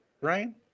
Ryan